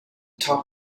top